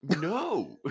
no